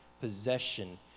possession